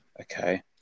Okay